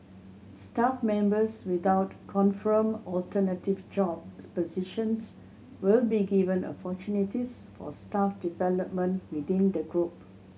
staff members without confirmed alternative jobs positions will be given opportunities for staff development within the group